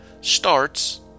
starts